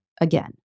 again